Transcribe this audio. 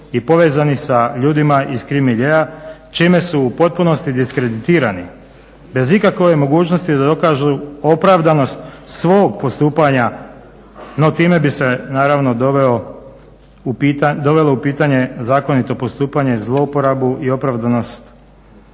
i povezani sa ljudima iz krim miljea čime su u potpunosti diskreditirani, bez ikakve mogućnosti da dokažu opravdanost svog postupanja no time bi se naravno dovelo u pitanje zakonito postupanje, zlouporabu i opravdanost